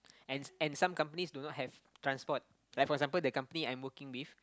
and and some companies do not have transport like for example the company I am working with